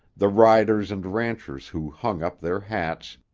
the riders and ranchers who hung up their hats,